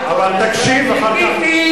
תקשיב ואחר כך,